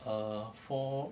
err for